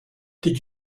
did